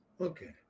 Okay